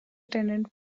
attendant